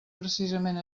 precisament